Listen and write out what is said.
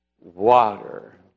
water